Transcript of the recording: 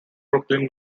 brooklyn